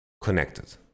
connected